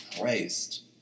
Christ